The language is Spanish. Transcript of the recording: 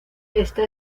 está